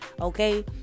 Okay